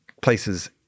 places